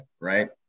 right